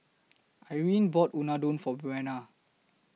Irine bought Unadon For Buena